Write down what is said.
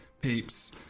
peeps